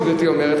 מה שגברתי אומרת,